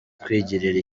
kwigirira